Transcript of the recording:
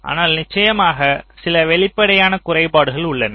ஆனால் நிச்சயமாக சில வெளிப்படையான குறைபாடுகள் உள்ளன